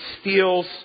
steals